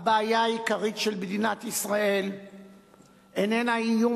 הבעיה העיקרית של מדינת ישראל איננה איום